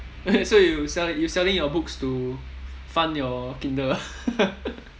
so you sell~ you selling your books to fund your kindle ah